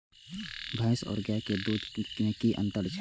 भैस और गाय के दूध में कि अंतर छै?